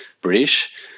British